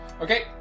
Okay